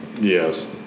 yes